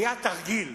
היה תרגיל.